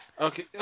Okay